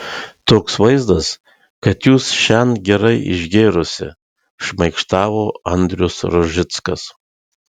toks vaizdas kas jūs šian gerai išgėrusi šmaikštavo andrius rožickas